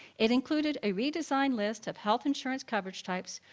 it included a redesigned list of health insurance coverage types,